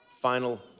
final